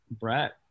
Brett